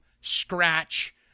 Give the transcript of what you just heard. scratch